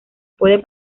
puede